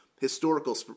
historical